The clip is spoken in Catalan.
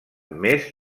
més